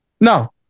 No